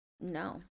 No